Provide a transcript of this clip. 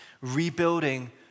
rebuilding